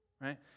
right